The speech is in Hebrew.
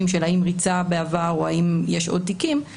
של האם ריצה בעבר או האם יש עוד תיקים,